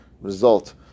result